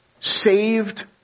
saved